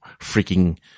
freaking